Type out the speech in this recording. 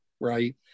right